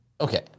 Okay